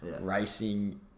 Racing